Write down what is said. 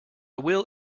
will